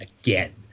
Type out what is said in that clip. again